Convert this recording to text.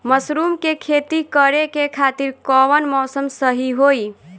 Mushroom के खेती करेके खातिर कवन मौसम सही होई?